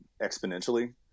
exponentially